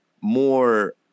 more